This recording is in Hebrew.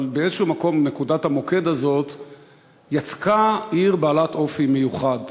אבל באיזשהו מקום נקודת המוקד הזאת יצקה עיר בעלת אופי מיוחד.